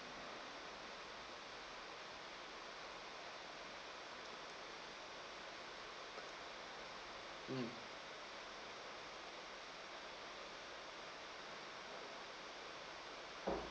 mm